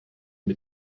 mit